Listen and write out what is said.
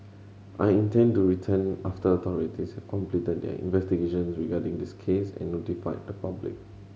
I intend to return after authorities have completed their investigations regarding this case and notified the public